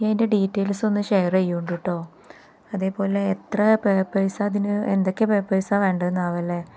നീ അതിന്റെ ഡീറ്റെയിൽസ് ഒന്ന് ഷെയര് ചെയ്യണം കെട്ടോ അതേപോലെ എത്ര പേപ്പേഴ്സ് അതിന് എന്തൊക്കെ പേപ്പേഴ്സാണു വേണ്ടതെന്നാവു അല്ലേ